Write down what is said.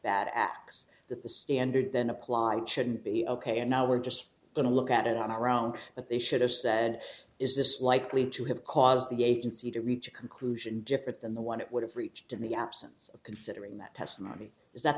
acts that the standard then applied shouldn't be ok and now we're just going to look at it on our own but they should have said is this likely to have caused the agency to reach a conclusion different than the one it would have reached in the absence of considering that testimony is that